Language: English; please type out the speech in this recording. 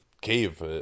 cave